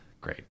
Great